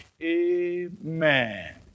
Amen